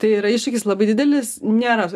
tai yra iššūkis labai didelis nėra